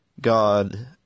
God